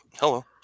hello